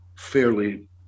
Fairly